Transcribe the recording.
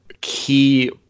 key